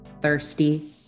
thirsty